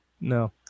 No